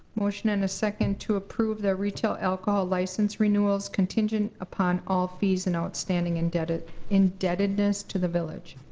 motion and a second to approve the retail alcohol license renewals contingent upon all fees and outstanding indebtedness indebtedness to the village.